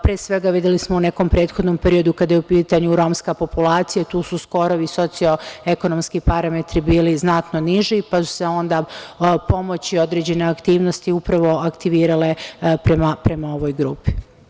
Pre svega videli smo u nekom prethodnom periodu kada je u pitanju romska populacija, tu su skorovi socioekonomski parametri bili znatno niži, pa su se onda pomoć i određene aktivnosti upravo aktivirale prama ovoj grupi.